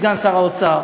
סגן שר האוצר,